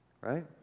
Right